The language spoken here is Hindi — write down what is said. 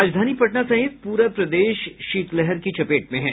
राजधानी पटना सहित पूरा प्रदेश शीतलहर की चपेट में हैं